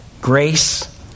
grace